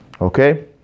Okay